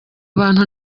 bantu